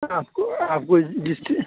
आपको आपको जिससे